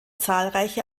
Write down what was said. zahlreiche